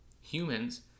humans